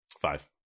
Five